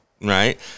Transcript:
right